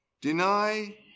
deny